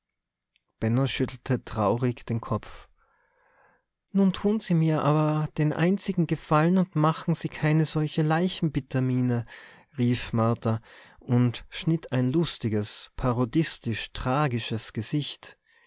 schüttelte traurig den kopf nun tun sie mir aber den einzigen gefallen und machen sie keine solche leichenbittermiene rief martha und schnitt ein lustiges parodistisch tragisches gesicht